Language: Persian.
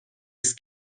است